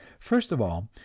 first of all,